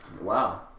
Wow